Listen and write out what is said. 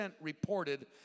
reported